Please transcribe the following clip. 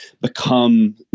become